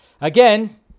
Again